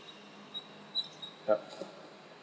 yup